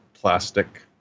plastic